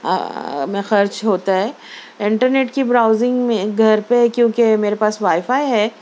میں خرچ ہوتا ہے انٹرنيٹ كى براؤزنگ ميں گھر پہ كيوں كہ میرے پاس وائی فائی ہے